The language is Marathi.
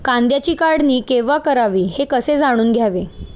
कांद्याची काढणी केव्हा करावी हे कसे जाणून घ्यावे?